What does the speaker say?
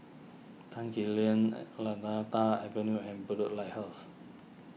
Tan Quee Lan Lantana Avenue and blue Lighthouse